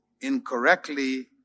incorrectly